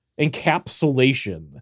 encapsulation